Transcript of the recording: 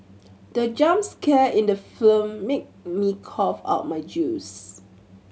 the jump scare in the film made me cough out my juice